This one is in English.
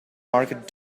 market